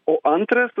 o antras